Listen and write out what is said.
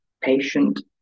patient